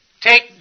Take